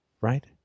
Right